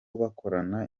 bakorana